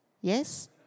Yes